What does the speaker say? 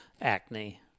acne